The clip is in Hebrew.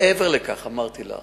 מעבר לכך, אמרתי לך: